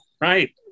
Right